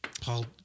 Paul